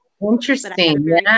Interesting